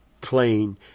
plain